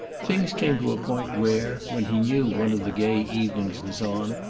things came to a point where, when he knew one of the gay evenings was on,